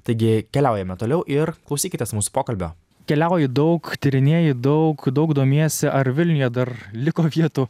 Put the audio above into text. taigi keliaujame toliau ir klausykitės mūsų pokalbio keliauji daug tyrinėji daug daug domiesi ar vilniuje dar liko vietų